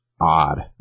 odd